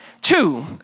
Two